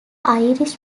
irish